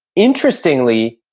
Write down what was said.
interestingly,